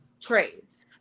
trades